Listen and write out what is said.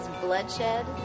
bloodshed